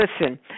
listen